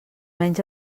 menys